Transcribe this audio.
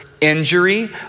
injury